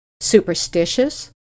superstitious